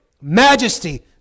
majesty